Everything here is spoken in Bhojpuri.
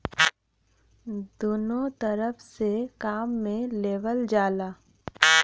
दुन्नो तरफ से काम मे लेवल जाला